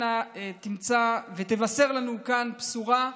אנא תמצא ותבשר לנו כאן בשורה,